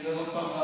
נרד עוד פעם,